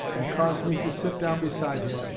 and caused me to sit down beside him,